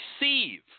receive